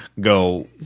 go –